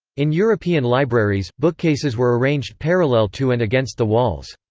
in european libraries, bookcases were arranged parallel to and against the walls.